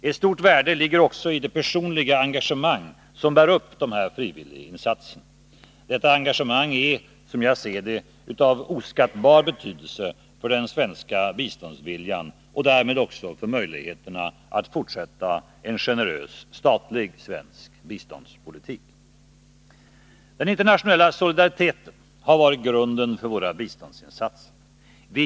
Ett stort värde ligger också i det personliga engagemang som bär upp frivilliginsatserna. Detta engagemang är, som jag ser det, av oskattbar betydelse för den svenska biståndsviljan, och därmed också för möjligheterna att fortsätta en generös statlig svensk biståndspolitik. Den internationella solidariteten har varit grunden för våra biståndsinsatser.